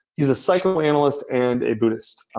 he's a psychoanalyst and a buddhist.